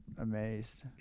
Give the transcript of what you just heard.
amazed